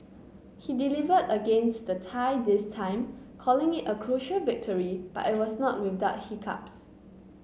he delivered against the Thai this time calling it a crucial victory but it was not without hiccups